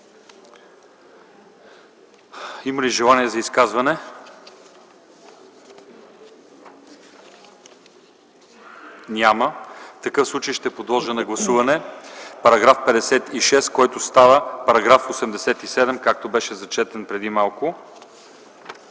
Има ли желаещи за изказвания? Няма. В такъв случай ще подложа на гласуване § 56, който става § 87, както беше зачетен преди малко.